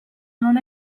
non